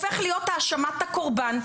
והופך להיות האשמת הקורבן.